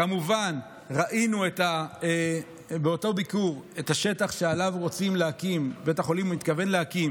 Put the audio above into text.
כמובן ראינו באותו ביקור את השטח שעליו בית החולים מתכוון להקים